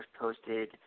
posted